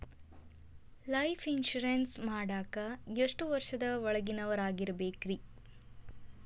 Life insurance ಮಾಡಾಕ ಎಷ್ಟು ವರ್ಷದ ಒಳಗಿನವರಾಗಿರಬೇಕ್ರಿ?